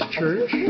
Church